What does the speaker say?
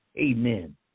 Amen